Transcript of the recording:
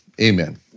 amen